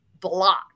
block